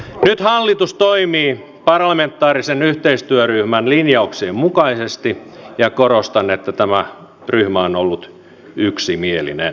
nyt hallitus toimii parlamentaarisen yhteistyöryhmän linjauksien mukaisesti ja korostan että tämä ryhmä on ollut yksimielinen